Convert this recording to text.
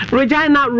Regina